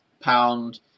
pound